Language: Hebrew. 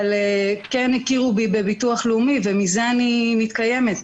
אבל כן הכירו בי בביטוח הלאומי ומזה אני מתקיימת,